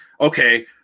okay